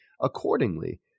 accordingly